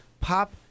Pop